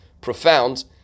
profound